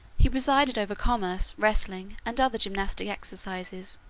he presided over commerce, wrestling, and other gymnastic exercises,